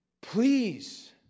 please